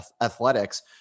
athletics